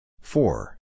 Four